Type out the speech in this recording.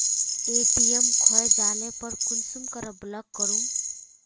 ATM खोये जाले पर कुंसम करे ब्लॉक करूम?